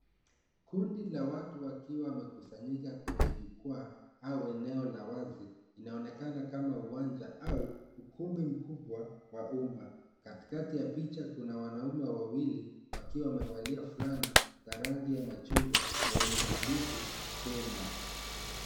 Kundi la watu wakiwa wamekusanyika kwenye jukwaa au eneo la wazi inaonekana kama uwanja au ukumbi mkubwa wa umma . Katikati ya picha kuna wanume wawili wakiwa wamevalia fulana za rangi ya machungwa zenye maandishi Kenya.